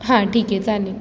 हां ठीक आहे चालेल